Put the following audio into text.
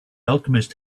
alchemist